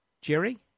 jerry